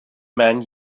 man